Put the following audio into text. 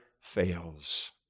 fails